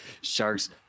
sharks